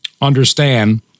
understand